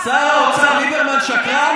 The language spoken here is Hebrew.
שר האוצר ליברמן שקרן?